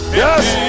yes